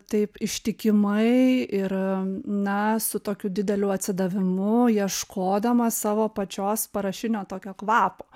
taip ištikimai ir na su tokiu dideliu atsidavimu ieškodama savo pačios parašinio tokio kvapo